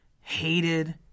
hated